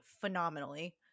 phenomenally